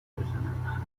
بزنم، حرف